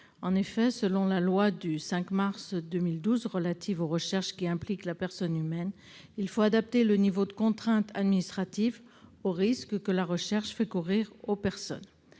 Conformément à la loi du 5 mars 2012 relative aux recherches impliquant la personne humaine, il faut adapter le niveau de contrainte administrative aux risques que la recherche fait courir aux personnes.